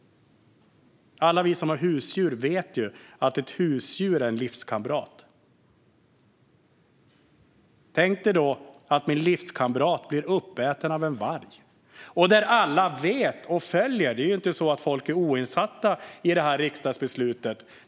Alla vi som har husdjur vet att ett husdjur är en livskamrat. Tänk dig då att din livskamrat blir uppäten av en varg. Alla vet och följer vad som sker. Det är inte så att människor är oinsatta i det här riksdagsbeslutet.